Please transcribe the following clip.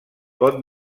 pot